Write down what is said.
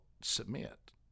submit